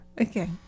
Okay